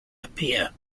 appear